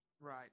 right